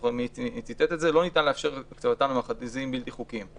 זוכר מי ציטט את זה לא ניתן לאפשר העברתם למאחזים בלתי חוקיי".